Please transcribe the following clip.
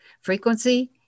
Frequency